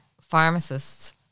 Pharmacists